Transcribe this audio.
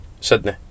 Sydney